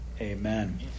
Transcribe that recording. Amen